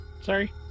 Sorry